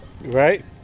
right